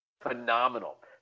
phenomenal